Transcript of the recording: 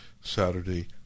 Saturday